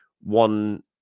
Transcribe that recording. one